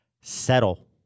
settle